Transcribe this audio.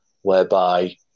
whereby